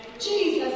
Jesus